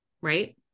right